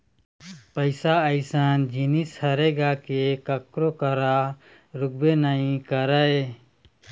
पइसा अइसन जिनिस हरे गा के कखरो करा रुकबे नइ करय